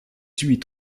huit